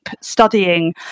studying